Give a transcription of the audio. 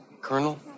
Colonel